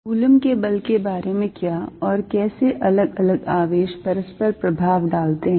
Coulomb के बल के बारे में क्या और कैसे अलग अलग आवेश परस्पर प्रभाव डालते है